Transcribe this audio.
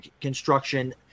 construction